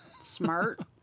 smart